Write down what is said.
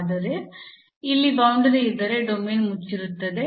ಆದರೆ ಇಲ್ಲಿ ಬೌಂಡರಿ ಇದ್ದರೆ ಡೊಮೇನ್ ಮುಚ್ಚಿರುತ್ತದೆ